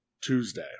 Tuesday